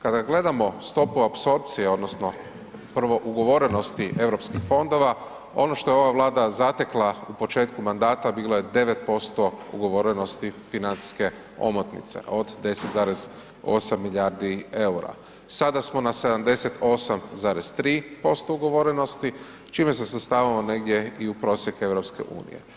Kada gledamo stopu apsorpcije odnosno prvo ugovorenosti Europskih fondova, ono što je ova Vlada zatekla u početku mandata bilo je 9% ugovorenosti financijske omotnice od 10,8 milijardi EUR-a, sada smo na 78,3% ugovorenosti, čime se svrstavamo negdje i u prosjek EU.